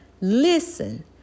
listen